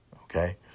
okay